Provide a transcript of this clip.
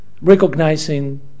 recognizing